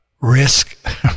Risk